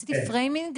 עשיתי framing,